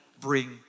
bring